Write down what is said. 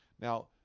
Now